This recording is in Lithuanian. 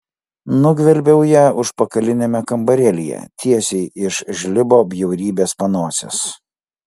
nugvelbiau ją užpakaliniame kambarėlyje tiesiai iš žlibo bjaurybės panosės